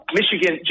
Michigan